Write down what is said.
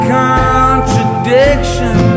contradiction